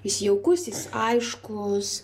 jis jaukus jis aiškus